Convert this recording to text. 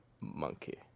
Monkey